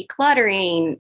decluttering